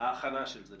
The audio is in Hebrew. ההכנה של זה.